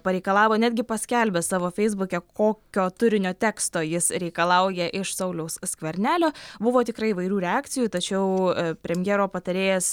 pareikalavo netgi paskelbė savo feisbuke kokio turinio teksto jis reikalauja iš sauliaus skvernelio buvo tikrai įvairių reakcijų tačiau premjero patarėjas